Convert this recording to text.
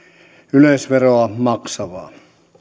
yleisradioveroa maksavaa